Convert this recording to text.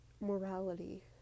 Morality